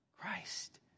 Christ